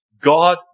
God